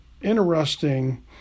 interesting